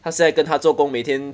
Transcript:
他现在跟他做工每天